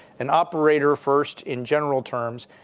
an operator first in general terms.